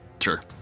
Sure